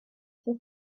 все